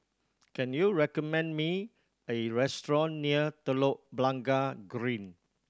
can you recommend me a restaurant near Telok Blangah Green